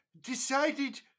decided